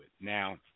Now